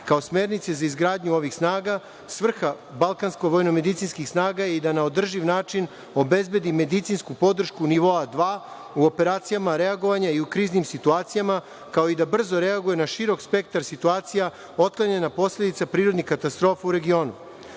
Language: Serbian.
Kao smernice za izgradnju ovih snaga svrha Balkansko vojnomedicinskih snaga je da na održiv način obezbedi medicinsku podršku nivoa dva u operacijama reagovanja i u kriznim situacijama, kao i da brzo reaguje na širok spektar situacija, otklanjanja posledica prirodnih katastrofa u regionu. Tokom